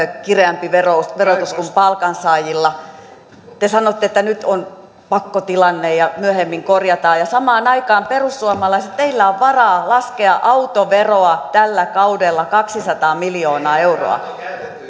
kireämpi verotus kuin palkansaajilla te sanotte että nyt on pakkotilanne ja myöhemmin korjataan ja samaan aikaan perussuomalaiset teillä on varaa laskea autoveroa tällä kaudella kaksisataa miljoonaa euroa